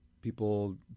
people